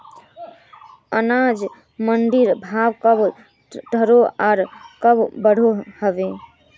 अनाज मंडीर भाव कब घटोहो आर कब बढ़ो होबे?